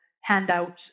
handout